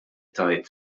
tgħid